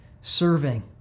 serving